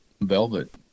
velvet